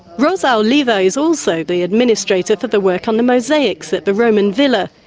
rosa oliva is also the administrator for the work on the mosaics at the roman villa.